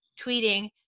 tweeting